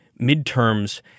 midterms